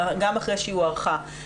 גם אחרי שהיא הוארכה.